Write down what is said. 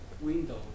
window